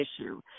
issue